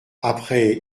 après